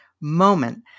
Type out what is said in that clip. moment